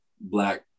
black